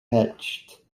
hatched